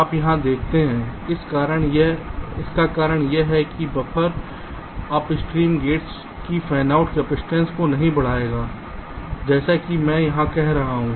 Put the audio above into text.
आप यहाँ देखते हैं इसका कारण यह है कि बफर अपस्ट्रीम गेट्स की फैनआउट कपसिटंस को नहीं बढ़ाता है जैसे कि मैं यहाँ कह रहा हूँ